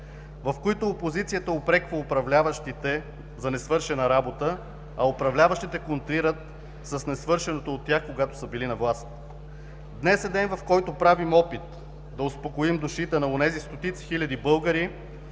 в които опозицията упреква управляващите за несвършена работа, а управляващите контрират с несвършеното от тях, когато са били на власт. Днес е ден, в който правим опит да успокоим душите на онези стотици хиляди българи,